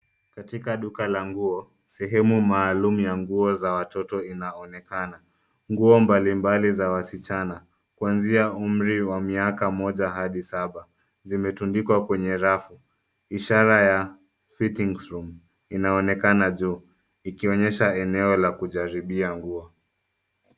Katika duka la nguo, sehemu maalum ya nguo za watoto inaonekana. Nguo mbalimbali za wasichana kuanzia umri wa miaka moja hadi saba zimetundikwa kwenye rafu. Ishara ya Fittings Room inaonekana juu ikionyesha eneo la kujaribia nguo.